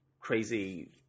crazy